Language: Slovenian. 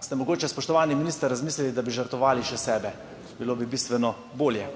Ste mogoče, spoštovani minister, razmislili, da bi žrtvovali še sebe? Bilo bi bistveno bolje.